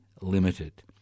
limited